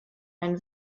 ein